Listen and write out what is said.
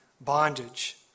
bondage